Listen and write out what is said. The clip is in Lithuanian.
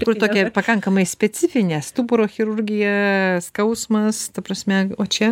kur tokia pakankamai specifinė stuburo chirurgija skausmas ta prasme o čia